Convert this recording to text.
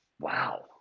Wow